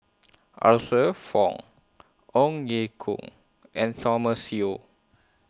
Arthur Fong Ong Ye Kung and Thomas Yeo